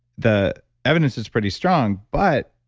the evidence is pretty strong. but,